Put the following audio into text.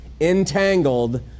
entangled